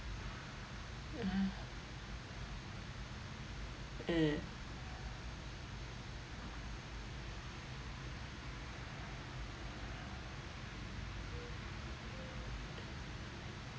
uh uh